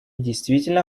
действительно